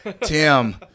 tim